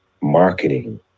marketing